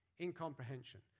Incomprehension